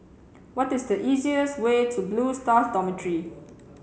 what is the easiest way to Blue Stars Dormitory